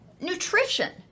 nutrition